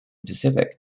pacific